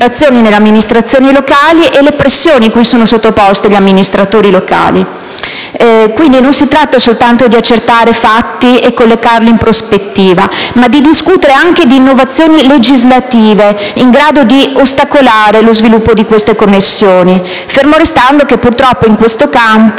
delle intimidazioni nei confronti degli amministratori locali. Quindi, non si tratta soltanto di accertare fatti e collocarli in prospettiva, ma di discutere anche di innovazioni legislative in grado di ostacolare lo sviluppo di queste connessioni, fermo restando che, purtroppo, in questo campo